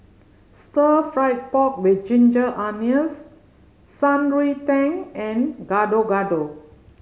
Stir Fried Pork With Ginger Onions Shan Rui Tang and Gado Gado